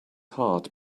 heart